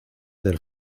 del